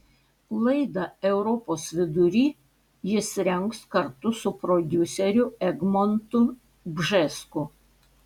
laidą europos vidury jis rengs kartu su prodiuseriu egmontu bžesku